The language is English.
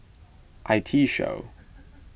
I T Show